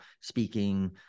speaking